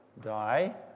die